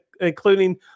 including